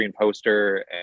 poster